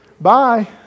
Bye